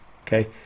okay